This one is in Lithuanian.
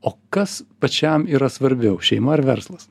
o kas pačiam yra svarbiau šeima ar verslas